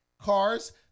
Cars